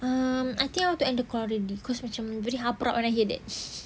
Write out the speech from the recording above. um I think I want to end the call already cause macam very haprak when I hear that